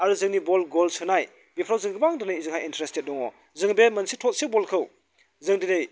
आरो जोंनि बल गल सोनाय बेफ्राव जों गोबां दिनै जोंहा इन्ट्रेस्टेड दङ जोङो बे मोनसे थोबसे बलखौ जों दिनै